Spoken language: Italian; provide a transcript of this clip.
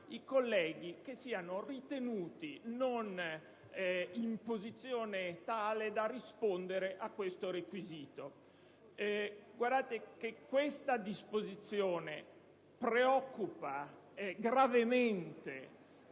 i colleghi che siano ritenuti non in posizione tale da rispondere a tale requisito. Questa disposizione preoccupa gravemente